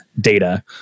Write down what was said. data